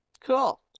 Cool